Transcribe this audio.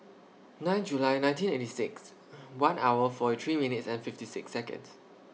nine July nineteen eighty six one hour forty three minutes and fifty six Seconds